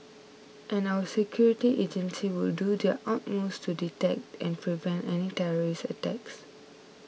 and our security agencies will do their utmost to detect and prevent any terrorist attacks